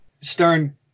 stern